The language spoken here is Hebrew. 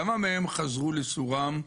כמה מהם חזרו לסורם?